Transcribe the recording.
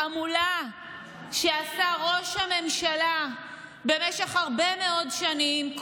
התעמולה שעשה ראש הממשלה במשך הרבה מאוד שנים,